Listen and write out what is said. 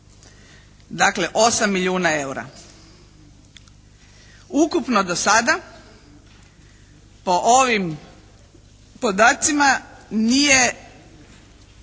dakle 8 milijuna eura. Ukupno do sada po ovim podacima nije